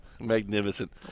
Magnificent